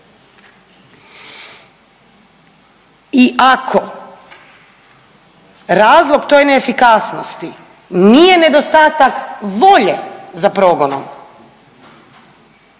I ako razlog toj neefikasnosti nije nedostatak volje za progonom,